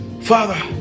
Father